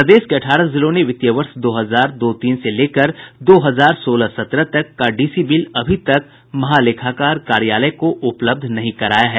प्रदेश के अठारह जिलों ने वित्तीय वर्ष दो हजार दो तीन से लेकर दो हजार सोलह सत्रह तक का डीसी बिल अभी तक महालेखाकार कार्यालय को उपलब्ध नहीं कराया है